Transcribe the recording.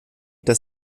dass